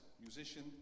musician